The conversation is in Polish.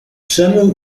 przemył